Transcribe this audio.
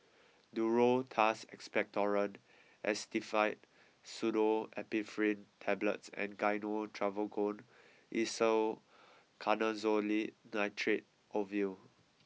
Duro Tuss Expectorant Actifed Pseudoephedrine Tablets and Gyno Travogen Isoconazole Nitrate Ovule